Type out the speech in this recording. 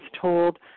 told